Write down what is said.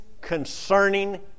concerning